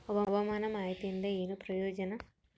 ಹವಾಮಾನ ಮಾಹಿತಿಯಿಂದ ಏನು ಪ್ರಯೋಜನ?